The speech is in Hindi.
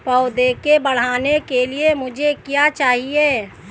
पौधे के बढ़ने के लिए मुझे क्या चाहिए?